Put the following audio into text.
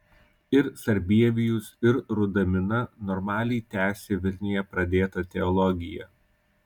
ir sarbievijus ir rudamina normaliai tęsė vilniuje pradėtą teologiją